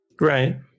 Right